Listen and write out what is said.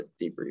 debrief